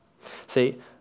See